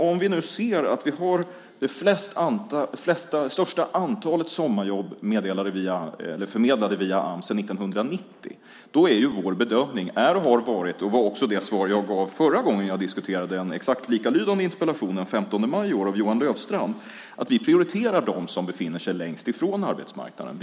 Om vi nu ser att vi har det största antalet sommarjobb förmedlade via Ams sedan år 1990 är det och har det varit vår bedömning - och det var också det svar jag gav förra gången jag diskuterade en exakt likalydande interpellation den 15 maj i år av Johan Löfstrand - att vi prioriterar dem som befinner sig längst ifrån arbetsmarknaden.